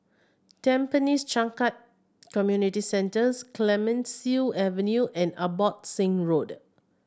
Tampines Changkat Community Centres Clemenceau Avenue and Abbotsingh Road